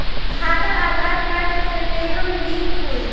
खाता आधार कार्ड से लेहम लिंक होई?